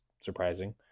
surprising